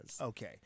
Okay